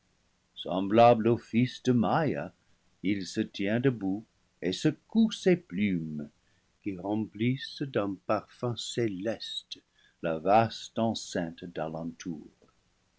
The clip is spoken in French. semblable au fils de maïa il se tient debout et secoue ses plumes qui remplissent d'un parfum céleste la vaste enceinte d'alentour